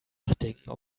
nachdenken